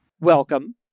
Welcome